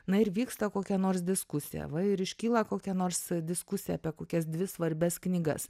na ir vyksta kokia nors diskusija va ir iškyla kokia nors diskusija apie kokias dvi svarbias knygas